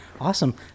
Awesome